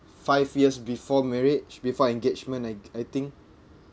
five years before marriage before engagement I I think